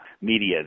media